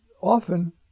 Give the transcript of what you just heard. Often